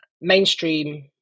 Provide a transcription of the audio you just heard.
mainstream